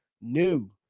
New